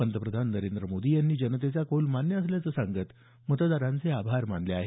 पंतप्रधान नरेंद्र मोदी यांनी जनतेचा कौल मान्य असल्याचं सांगत मतदारांचे आभार मानले आहेत